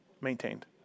maintained